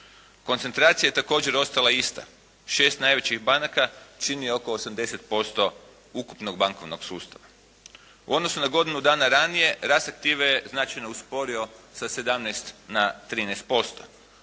Koncentracija je također ostala ista. Šest najvećih banaka čini oko 80% ukupnog bankovnog sustava. U odnosu na godinu dana ranije rast aktive je značajno usporio sa 17 na 13%.